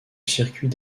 circuit